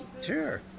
Sure